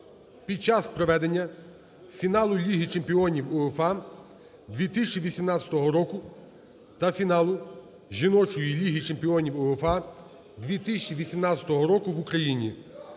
під час проведення фіналу Ліги Чемпіонів УЄФА 2018 року та фіналу жіночої Ліги Чемпіонів УЄФА 2018 року в Україні.